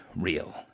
real